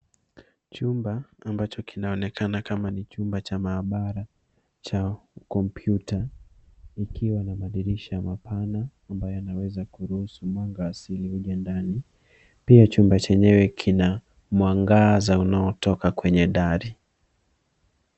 Chumba ambacho kinaonekana kama ni chumba cha maabara cha kompyuta ikiwa na madirisha mapana ambayo yanaweza kuruhusu mwanga asili uje ndani. Pia chumba chenyewe kina mwangaza unaotoka kwenye dari.